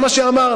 זה מה שאמרנו.